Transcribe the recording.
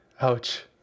Ouch